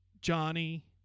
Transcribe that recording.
Johnny